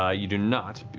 ah you do not.